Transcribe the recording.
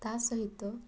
ତା ସହିତ